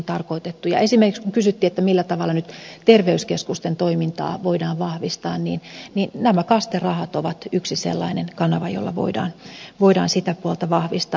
esimerkiksi kun kysyttiin millä tavalla nyt terveyskeskusten toimintaa voidaan vahvistaa niin nämä kaste rahat ovat yksi sellainen kanava joilla voidaan sitä puolta vahvistaa